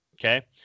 Okay